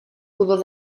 pudor